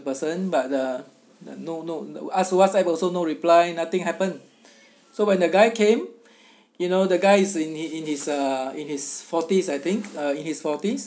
person but the the no no ask whatsapp also no reply nothing happen so when the guy came you know the guy is in in his uh in his forties I think uh in his forties